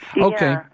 Okay